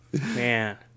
Man